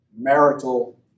marital